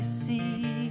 see